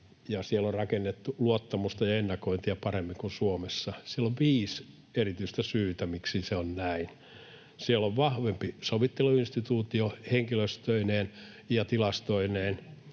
siellä on rakennettu luottamusta ja ennakointia paremmin kuin Suomessa. Siellä on viisi erityistä syytä, miksi se on näin: Siellä on vahvempi sovitteluinstituutio henkilöstöineen ja tilastoineen.